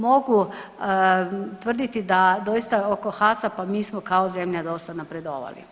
Mogu tvrditi da doista oko HACCP-a mi smo kao zemlja dosta napredovali.